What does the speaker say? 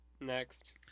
Next